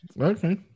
Okay